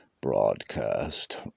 broadcast